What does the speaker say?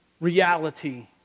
reality